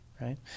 right